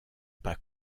pas